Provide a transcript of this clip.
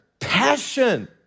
passion